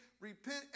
repent